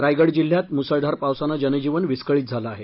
रायगड जिल्ह्यात ही मुसळधार पावसानं जनजीवन विस्कळीत झालं आहे